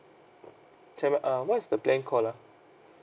tell me uh what is the plan called ah